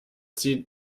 zieht